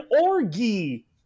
orgy